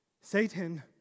Satan